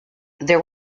there